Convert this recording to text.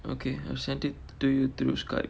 okay I'll send it to you through Skype